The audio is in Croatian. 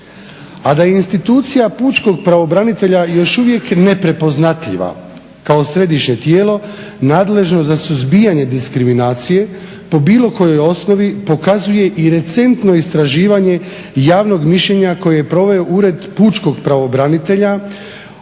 A da je institucija pučkog pravobranitelja još uvijek neprepoznatljiva kao središnje tijelo nadležno za suzbijanje diskriminacije po bilo kojoj osnovi pokazuje i recentno istraživanje javnog mišljenja koji je proveo Ured pučkog pravobranitelja